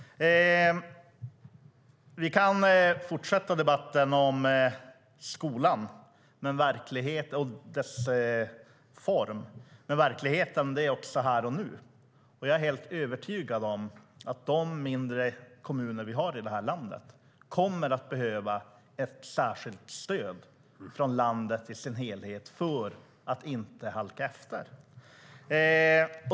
Vi kan fortsätta att föra debatten om skolan och dess form, men verkligheten är här och nu. Jag är helt övertygad om att de mindre kommunerna i landet kommer att behöva ett särskilt stöd för att inte halka efter.